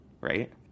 Right